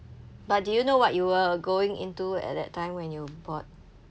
but do you know what you were going into at that time when you bought